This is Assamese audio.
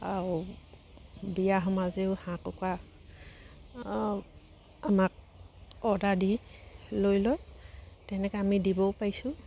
আৰু বিয়া সমাজেও হাঁহ কুকুৰা আমাক অৰ্ডাৰ দি লৈ লয় তেনেকৈ আমি দিবও পাৰিছোঁ